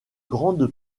grande